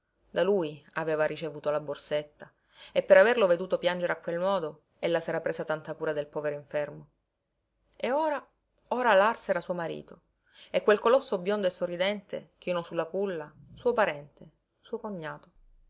da lui aveva ricevuto la borsetta e per averlo veduto piangere a quel modo ella s'era presa tanta cura del povero infermo e ora ora lars era suo marito e quel colosso biondo e sorridente chino su la culla suo parente suo cognato